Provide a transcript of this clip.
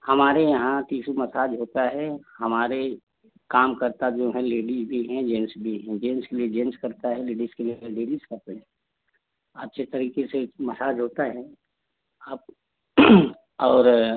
हमारे यहाँ tissue massage होता है हमारे कामकर्ता जो हैं लेडी भी हैं जेंस भी हैं जेंस के लिए जेंस करता है लेडिस के लिए लेडिस करते अच्छे तरीके से मसाज होता है आप और